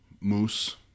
Moose